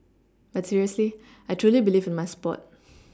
but seriously I truly believe in my sport